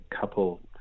couple